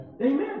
Amen